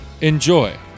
enjoy